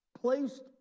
placed